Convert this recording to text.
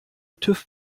tüv